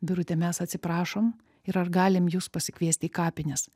birute mes atsiprašom ir ar galim jus pasikviesti į kapines